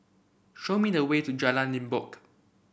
show me the way to Jalan Limbok